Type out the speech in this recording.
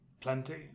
plenty